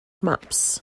maps